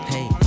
Hey